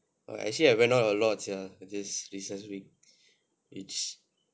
uh actually I went on a lot sia this recess week each